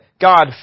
God